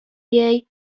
jej